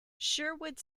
sherwood